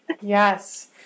Yes